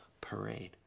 parade